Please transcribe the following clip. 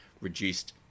reduced